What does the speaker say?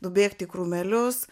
nubėgt į krūmelius